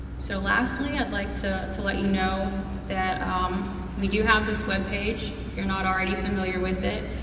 so lastly, i'd like to to let you know that um we do have this web page if you're not already familiar with it,